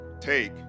take